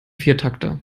viertakter